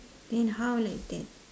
then how like that